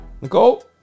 nicole